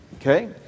Okay